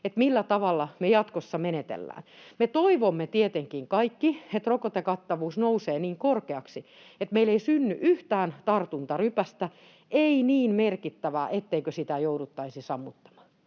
millä tavalla me jatkossa menetellään. Me toivomme tietenkin kaikki, että rokotekattavuus nousee niin korkeaksi, että meille ei synny yhtään tartuntarypästä, ei niin merkittävää, että sitä jouduttaisi sammuttamaan.